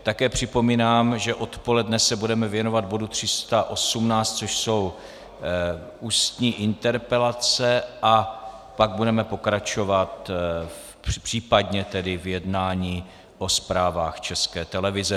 Také připomínám, že odpoledne se budeme věnovat bodu 318, což jsou ústní interpelace, a pak budeme pokračovat případně v jednání o zprávách České televize.